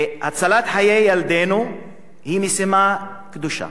הצלת חיי ילדינו היא משימה קדושה,